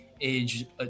age